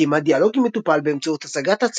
היא קיימה דיאלוג עם מטופל באמצעות הצגת